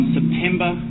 September